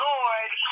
Lord